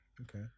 Okay